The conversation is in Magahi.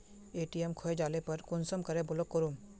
ए.टी.एम खोये जाले पर कुंसम करे ब्लॉक करूम?